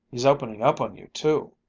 he's opening up on you too.